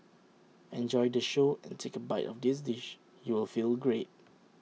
enjoy the show and take A bite of this dish you will feel great